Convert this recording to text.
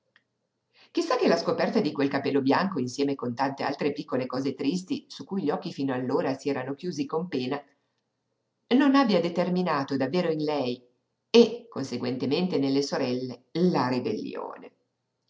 sa che la scoperta di quel capello bianco insieme con tante altre piccole cose tristi su cui gli occhi fino allora si erano chiusi con pena non abbia determinato davvero in lei e conseguentemente nelle sorelle la ribellione